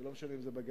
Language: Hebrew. לא משנה אם הוא בגליל,